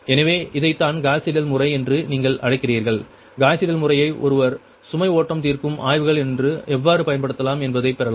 எனவே இதைத்தான் Gauss Seidel முறை என்று நீங்கள் அழைக்கிறீர்கள் காஸ் சீடெல் முறையை ஒருவர் சுமை ஓட்டம் தீர்க்கும் ஆய்வுகள் எவ்வாறு பயன்படுத்தலாம் என்பதைத் பெறலாம்